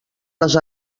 les